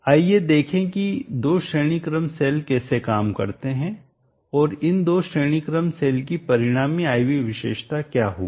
आइए देखें कि 2 श्रेणी क्रम सेल कैसे काम करते हैं और इन 2 श्रेणी क्रम सेल की परिणामी I V विशेषता क्या होगी